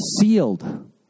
sealed